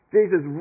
Jesus